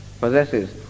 possesses